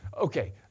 Okay